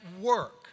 work